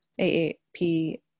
AAP